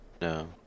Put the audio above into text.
No